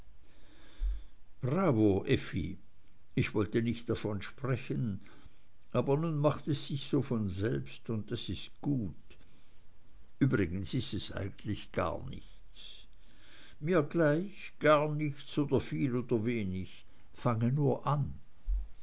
bravo effi ich wollte nicht davon sprechen aber nun macht es sich so von selbst und das ist gut übrigens ist es eigentlich gar nichts mir gleich gar nichts oder viel oder wenig fange nur an